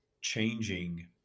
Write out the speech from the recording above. changing